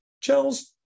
Charles